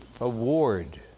Award